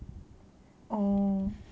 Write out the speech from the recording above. oo